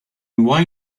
why